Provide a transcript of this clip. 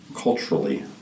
culturally